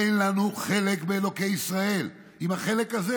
אין לנו חלק באלוקי ישראל, עם כל החלק הזה.